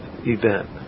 event